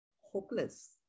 hopeless